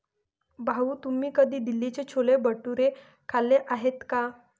भाऊ, तुम्ही कधी दिल्लीचे छोले भटुरे खाल्ले आहेत का?